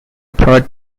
third